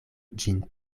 ĝin